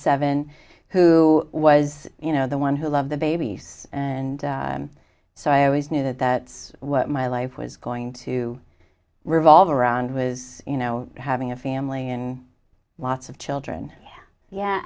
seven who was you know the one who love the babies and so i always knew that that was what my life was going to revolve around was you know having a family and lots of children yeah